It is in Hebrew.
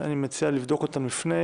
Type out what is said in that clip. אני מציע לבדוק אותם לפני